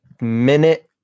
minute